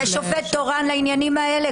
יש שופט תורן לעניינים האלה.